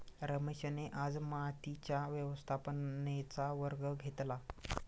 रमेशने आज मातीच्या व्यवस्थापनेचा वर्ग घेतला